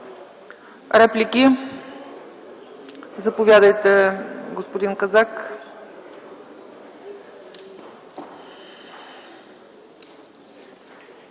Реплики? Заповядайте, господин Казак.